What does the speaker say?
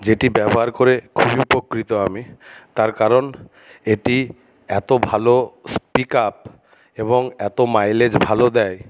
যেটি ব্যবহার করে খুবই উপকৃত আমি তার কারণ এটি এতো ভালো পিক আপ এবং এতো মাইলেজ ভালো দেয়